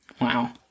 Wow